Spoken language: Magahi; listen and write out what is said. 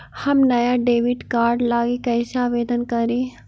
हम नया डेबिट कार्ड लागी कईसे आवेदन करी?